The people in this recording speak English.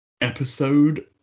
episode